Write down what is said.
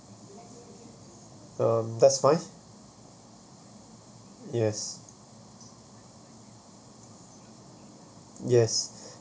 um that's fine yes yes